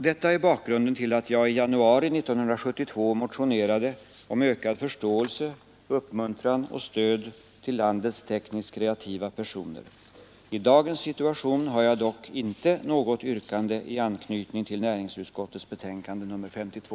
Detta är bakgrunden till att jag i januari 1972 motionerade om ökad förståelse för och uppmuntran åt och mera stöd till landets tekniskt kreativa personer. I dagens situation har jag dock inte något yrkande i anknytning till näringsutskottets betänkande nr 52.